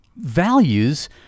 values